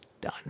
Done